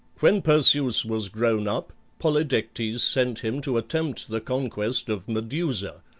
when perseus was grown up polydectes sent him to attempt the conquest of medusa,